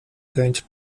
gained